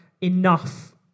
enough